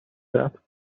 دهد